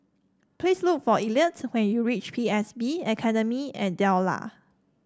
please look for Elliott when you reach P S B Academy at Delta